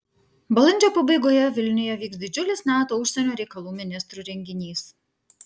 balandžio pabaigoje vilniuje vyks didžiulis nato užsienio reikalų ministrų renginys